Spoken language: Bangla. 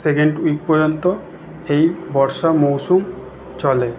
সেকেন্ড উইক পর্যন্ত এই বর্ষা মরশুম চলে